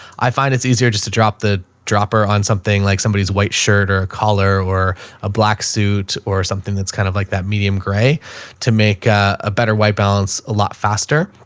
i find it's easier just to drop the dropper on something like somebody white shirt or a color or a black suit or something that's kind of like that medium gray to make a, a better white balance a lot faster.